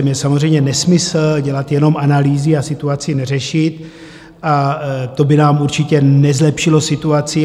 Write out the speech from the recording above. Je samozřejmě nesmysl dělat jenom analýzy a situaci neřešit, to by nám určitě nezlepšilo situaci.